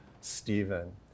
Stephen